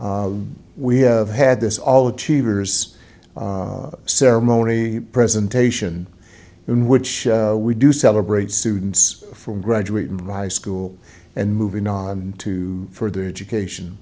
we have had this all achievers ceremony presentation in which we do celebrate students from graduating from high school and moving on to for their education